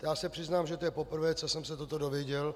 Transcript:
Já se přiznám, že to je poprvé, co jsem se toto dozvěděl.